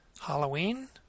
Halloween